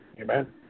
Amen